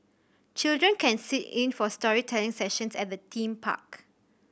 children can sit in for storytelling sessions at the theme park